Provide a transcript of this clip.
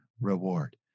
reward